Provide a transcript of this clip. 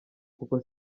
kuko